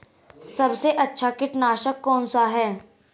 सबसे अच्छा कीटनाशक कौन सा है?